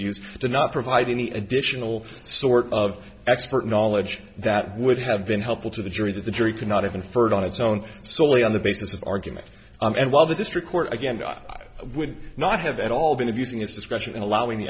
use to not provide any additional sort of expert knowledge that would have been helpful to the jury that the jury could not have inferred on its own solely on the basis of argument and while the district court again i would not have at all been abusing his discretion in allowing the